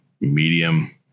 medium